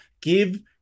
Give